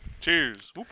Cheers